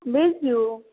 बिज्जू